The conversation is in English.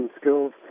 skills